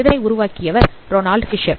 இதனை உருவாக்கியவர் ரெனால்ட் பிஷர்